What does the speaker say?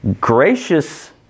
gracious